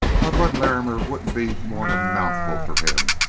why, bud larrimer wouldn't be more'n a mouthful for him.